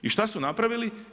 I šta su napravili?